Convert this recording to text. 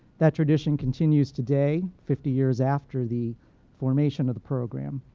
that tradition continues today, fifty years after the formation of the program.